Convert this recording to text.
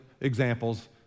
examples